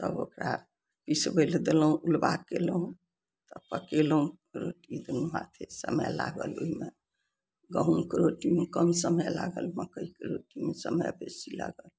तब ओकरा पिसबय लए देलहुँ उलबा कयलहुँ तऽ पकेलहुँ रोटी बनबाके समय लागल ओइमे गहुमके रोटीमे कम समय लागल मकइके रोटीमे समय बेसी लागल